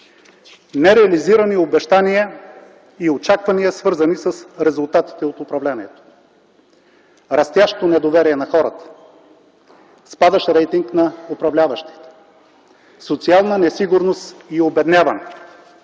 Нереализирани обещания и очаквания, свързани с резултатите от управлението, растящо недоверие на хората, спадащ рейтинг на управляващите, социална несигурност и обедняване,